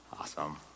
awesome